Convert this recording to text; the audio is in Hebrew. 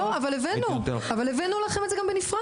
אבל הבאנו לכם את זה גם בנפרד.